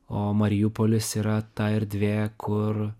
o mariupolis yra ta erdvė kur